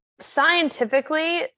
scientifically